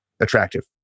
attractive